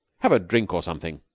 have a drink or something.